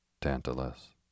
Tantalus